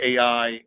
AI